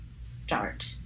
start